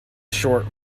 short